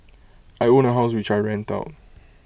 I own A house which I rent out